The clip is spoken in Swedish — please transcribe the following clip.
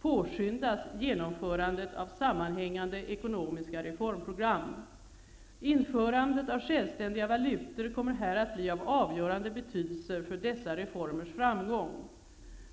påskyndas genomförandet av sammanhängande ekonomiska reformprogram. Införandet av självständiga valutor kommer här att bli av avgörande betydelse för dessa reformers framgång.